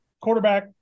quarterback